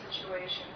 situation